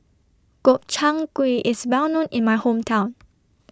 Gobchang Gui IS Well known in My Hometown